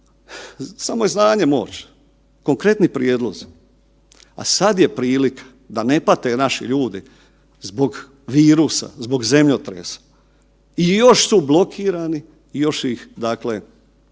samo je znanje moć, konkretni prijedlozi, a sada je prilika da ne pate naši ljudi zbog virusa, zbog zemljotresa i još su blokirani i još su u